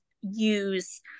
use